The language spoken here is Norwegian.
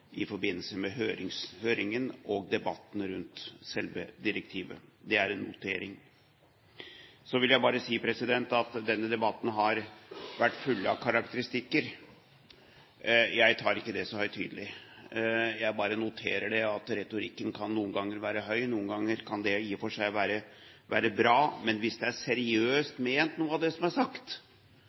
i forbindelse med høringen og debatten rundt selve direktivet. Det er en notering. Så vil jeg bare si at denne debatten har vært full av karakteristikker. Jeg tar ikke det så høytidelig. Jeg bare noterer at retorikken noen ganger kan være høy. Noen ganger kan det i og for seg være bra, men hvis noe av det som er sagt,